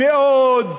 קטן מאוד,